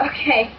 Okay